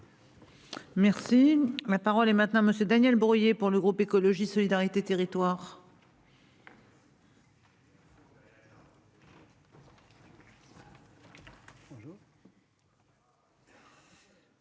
Merci ma parole est maintenant monsieur Daniel Breuiller pour le groupe écologiste solidarité territoire.